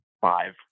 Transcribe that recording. Five